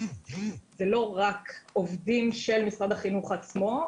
זה לא רק עובדים של משרד החינוך עצמו,